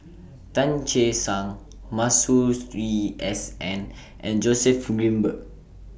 Tan Che Sang Masue Stree S N and Joseph Grimberg